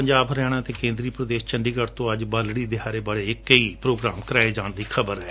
ਪੰਜਾਬ ਹਰਿਆਣਾ ਅਤੇ ਕੈਂਦਰੀ ਪ੍ਰਦੇਸ਼ ਚੰਡੀਗੜ ਤੋਂ ਅੱਜ ਬਾਲੜੀ ਦਿਹਾੜੇ ਬਾਰੇ ਕਈ ਪ੍ਰੋਗਰਾਮ ਕੀਤੇ ਜਾਣ ਦੀ ਖਬਰ ਹੈ